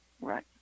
right